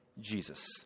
Jesus